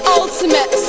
ultimate